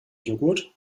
joghurt